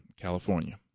California